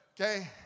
Okay